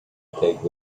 take